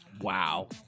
Wow